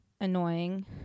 annoying